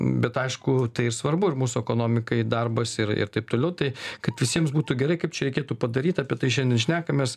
bet aišku tai svarbu ir mūsų ekonomikai darbas ir ir taip toliau tai kad visiems būtų gerai kaip čia reikėtų padaryt apie tai šiandien šnekamės